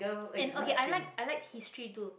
and okay i like i like history too